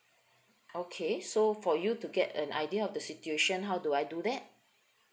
okay so for you to get an idea of the situation how do I do that